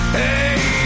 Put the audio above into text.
hey